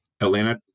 atlanta